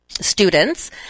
students